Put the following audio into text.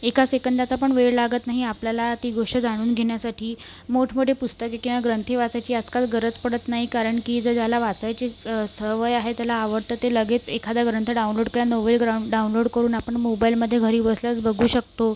एका सेकंदाचा पण वेळ लागत नाही आपल्याला ती गोष्ट जाणून घेण्यासाठी मोठमोठे पुस्तके किंवा ग्रंथ वाचायची आजकाल गरज पडत नाही कारण की जे ज्याला वाचायचीच सवय आहे त्याला आवडतं ते लगेच एखादा ग्रंथ डाउनलोड करण नवे ग्र डाउनलोड करून आपण मोबाइलमध्ये घरी बसल्याच बघू शकतो